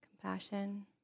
Compassion